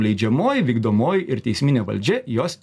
leidžiamoji vykdomoji ir teisminė valdžia jos